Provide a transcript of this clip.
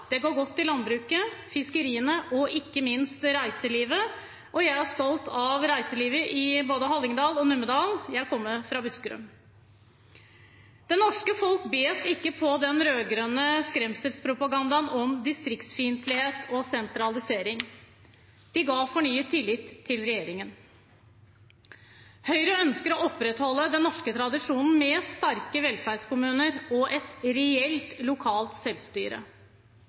det går godt i landbruket, i fiskeriene og ikke minst i reiselivet. Jeg er stolt av reiselivet i både Hallingdal og Numedal – jeg kommer fra Buskerud. Det norske folk bet ikke på den rød-grønne skremselspropagandaen om distriktsfiendtlighet og sentralisering. De ga fornyet tillit til regjeringen. Høyre ønsker å opprettholde den norske tradisjonen med sterke velferdskommuner og et reelt lokalt selvstyre.